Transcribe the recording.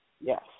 Yes